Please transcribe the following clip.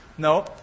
No